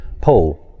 Paul